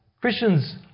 Christians